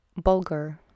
bulgur